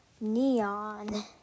Neon